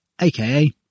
aka